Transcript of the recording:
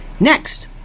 Next